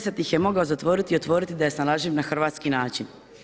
10 ih je mogao zatvoriti i otvoriti da je snalažljiv na hrvatski način.